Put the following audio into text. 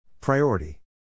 Priority